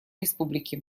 республики